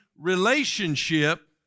relationship